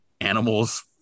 animals